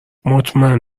مطمئن